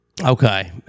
Okay